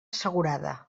assegurada